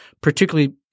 particularly